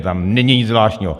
Tam není nic zvláštního.